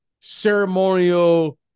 ceremonial